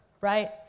right